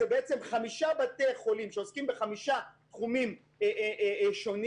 שזה חמישה בתי חולים שעוסקים בחמישה תחומים שונים,